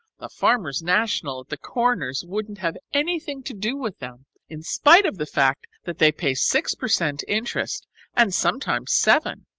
the farmers national' at the corners wouldn't have anything to do with them in spite of the fact that they pay six per cent. interest and sometimes seven.